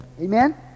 Amen